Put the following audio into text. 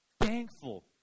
thankful